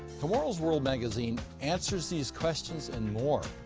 tomorrow's worldmagazine answers these questions and more,